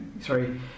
sorry